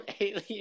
alien